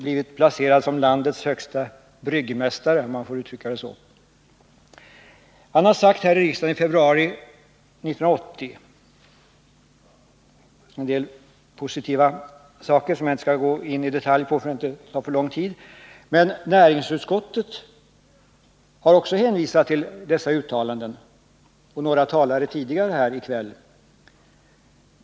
Han är ju med sin ministerpost organisatoriskt landets — låt mig uttrycka det så — högste ”bryggmästare”. Han framhöll vid detta tillfälle en del positiva saker, som jag inte i detalj skall gå in på, eftersom det skulle ta för lång tid. Också näringsutskottet har, liksom några tidigare talare i kväll, hänvisat till dessa uttalanden.